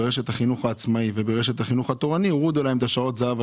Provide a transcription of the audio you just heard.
ברשת החינוך העצמאי וברשת החינוך התורני הורידו להם השנה את שעות הזהב.